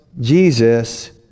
Jesus